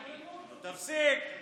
תפסיק.